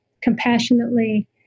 compassionately